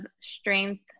strength